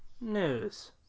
news